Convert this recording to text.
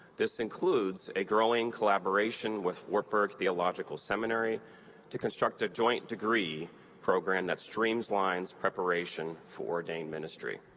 this includes a growing collaboration with wartburg theological seminary to construct a joint degree program that streamlines preparation for ordained ministry.